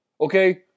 okay